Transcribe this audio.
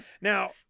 now